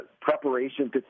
preparation